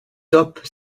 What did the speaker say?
top